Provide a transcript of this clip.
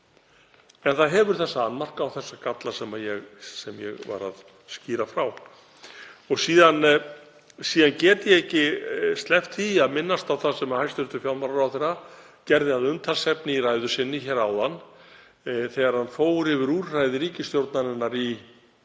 en hefur þá annmarka og galla sem ég var að skýra frá. Síðan get ég ekki sleppt því að minnast á það sem hæstv. fjármálaráðherra gerði að umtalsefni í ræðu sinni áðan þegar hann fór yfir úrræði ríkisstjórnarinnar í